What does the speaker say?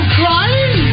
crying